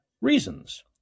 reasons